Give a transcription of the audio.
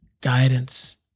guidance